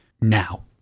now